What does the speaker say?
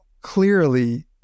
clearly